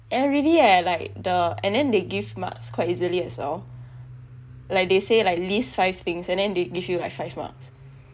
eh really eh like the and then they give marks quite easily as well like they say like list five things and then they give you like five marks